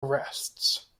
arrests